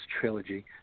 trilogy